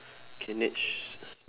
K next